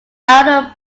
elder